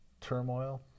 turmoil